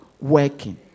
working